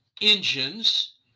engines